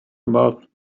about